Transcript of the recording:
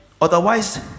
otherwise